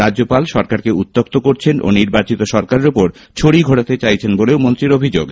রাজ্যপাল সরকারকে উত্যক্ত করছেন ও নির্বাচিত সরকারের ওপর ছড়ি ঘোরাতে চাইছেন বলেও মন্ত্রীর অভিযোগ